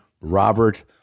Robert